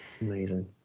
amazing